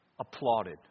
applauded